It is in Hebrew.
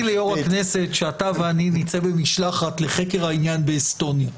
פניתי ליו"ר כנסת שאתה ואני נצא במשלחת לחקר העניין באסטוניה.